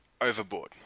overboard